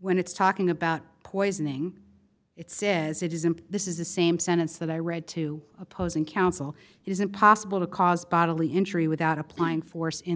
when it's talking about poisoning it says it isn't this is the same sentence that i read to opposing counsel is it possible to cause bodily injury without applying force in